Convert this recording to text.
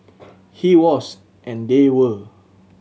he was and they were